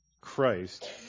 Christ